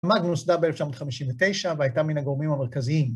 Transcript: מג נוסדה ב-1959 והייתה מן הגורמים המרכזיים.